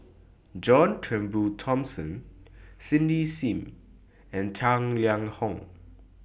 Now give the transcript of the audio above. John Turnbull Thomson Cindy SIM and Tang Liang Hong